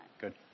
Good